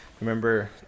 Remember